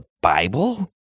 Bible